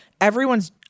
everyone's